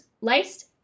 laced